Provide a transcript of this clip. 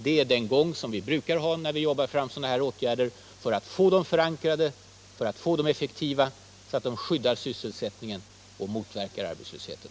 Detta är den vanliga gången för att få sådana här åtgärder förankrade hos parterna, för att göra dem effektiva så att de skyddar sysselsättningen och motverkar arbetslösheten.